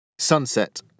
Sunset